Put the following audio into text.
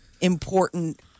important